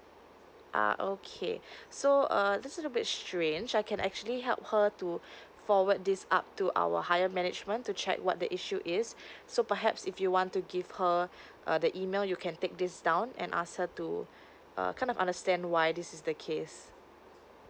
uh okay so uh this is a bit strange I can actually help her to forward this up to our higher management to check what the issue is so perhaps if you want to give her err the email you can take this down and ask her to uh kind of understand why this is the case